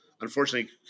unfortunately